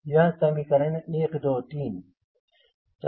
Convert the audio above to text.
यह है समीकरण 1 2 3